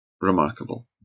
remarkable